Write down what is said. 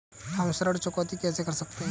हम ऋण चुकौती कैसे कर सकते हैं?